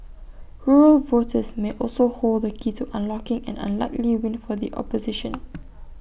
rural voters may also hold the key to unlocking an unlikely win for the opposition